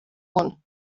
one